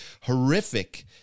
horrific